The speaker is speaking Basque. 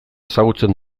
ezagutzen